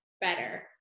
better